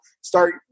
start